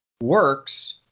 works